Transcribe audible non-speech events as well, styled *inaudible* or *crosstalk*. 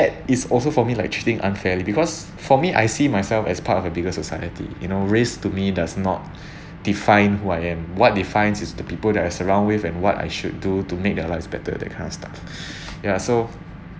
is also for me like treating unfairly because for me I see myself as part of a bigger society you know race to me does not *breath* define who I am what defines is the people that I surround with and what I should do to make their lives better that kind of stuff *breath* ya so